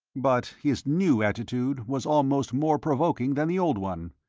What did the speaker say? but his new attitude was almost more provoking than the old one.